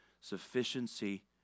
sufficiency